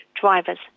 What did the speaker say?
driver's